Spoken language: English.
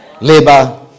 labor